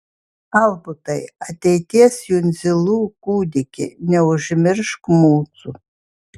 albutai ateities jundzilų kūdiki neužmiršk mūsų